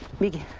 media